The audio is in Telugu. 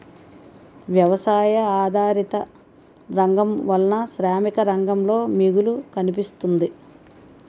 వ్యవసాయ ఆధారిత రంగం వలన శ్రామిక రంగంలో మిగులు కనిపిస్తుంది